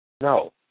No